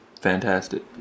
fantastic